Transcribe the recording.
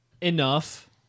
Enough